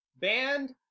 band